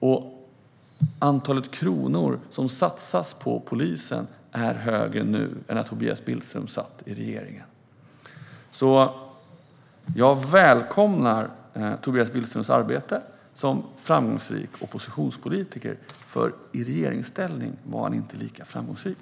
Och antalet kronor som satsas på polisen är större nu än när Tobias Billström satt i regeringen. Jag välkomnar alltså Tobias Billströms arbete som framgångsrik oppositionspolitiker. I regeringsställning var han nämligen inte lika framgångsrik.